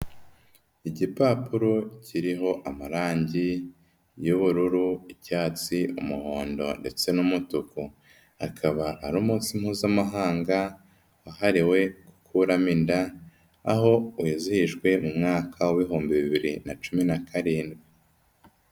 Igipapuro kiriho amarangi y'ubururu, icyatsi, umuhondo ndetse n'umutuku, akaba ari umunsi mpuzamahanga wahariwe gukuramo inda, aho wizihijwe mu mwaka w'ibihumbi bibiri na cumi na karindwi.